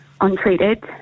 untreated